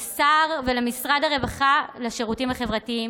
לשר ולמשרד הרווחה והשירותים החברתיים,